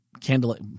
candlelight